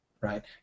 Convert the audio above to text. right